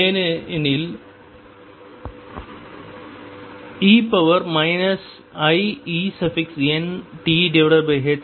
ஏனெனில் e iEnt21